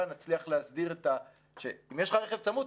נצליח להסדיר שאם יש לך רכב צמוד,